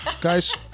guys